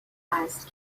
است